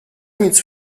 nic